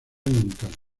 encanto